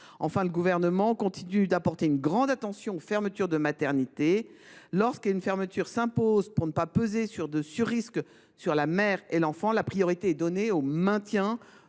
Enfin, le Gouvernement continue de porter une grande attention aux fermetures de maternité. Lorsqu’une fermeture s’impose pour ne pas faire peser de surrisques sur la mère et l’enfant, la priorité est donnée au maintien